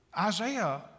Isaiah